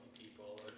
people